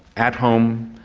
at home,